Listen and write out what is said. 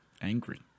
Angry